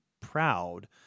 proud